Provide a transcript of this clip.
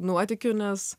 nuotykių nes